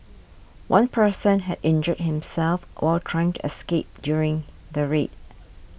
one person had injured himself while trying to escape during the raid